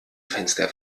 fenster